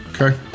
Okay